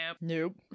Nope